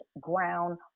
ground